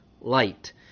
light